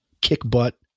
kick-butt